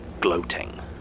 Gloating